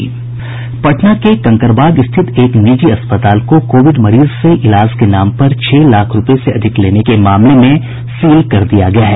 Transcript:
पटना के कंकड़बाग स्थित एक निजी अस्पताल को कोविड मरीज से इलाज के नाम पर छह लाख रूपये से अधिक लेने के लिए मामले में सील कर दिया गया है